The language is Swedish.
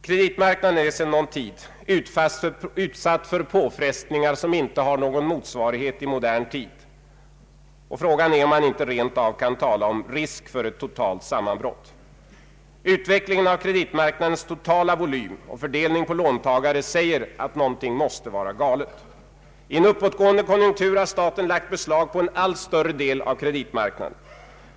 Kreditmarknaden är sedan någon tid utsatt för påfrestningar som inte har någon motsvarighet i modern tid. Frågan är om man inte rent av kan tala om risk för ett totalt sammanbrott. Utvecklingen av kreditmarknadens totala volym och fördelning på låntagare säger att någonting måste vara galet. I en uppgående konjunktur har staten lagt beslag på en allt större andel av kreditmarknaden.